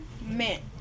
mint